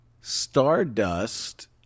Stardust